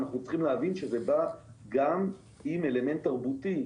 אנחנו צריכים להבין שזה בא גם עם אלמנט תרבותי,